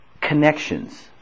connections